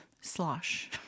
slosh